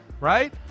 right